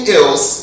else